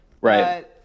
Right